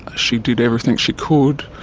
ah she did everything she could.